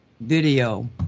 video